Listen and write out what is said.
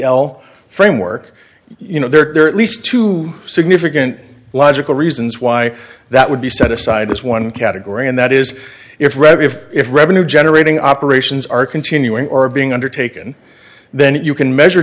l framework you know there are at least two significant logical reasons why that would be set aside as one category and that is if rev if it revenue generating operations are continuing or being undertaken then you can measure